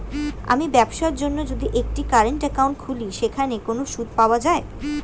আমি ব্যবসার জন্য যদি একটি কারেন্ট একাউন্ট খুলি সেখানে কোনো সুদ পাওয়া যায়?